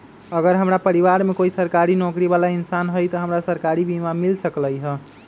अगर हमरा परिवार में कोई सरकारी नौकरी बाला इंसान हई त हमरा सरकारी बीमा मिल सकलई ह?